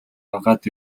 агаад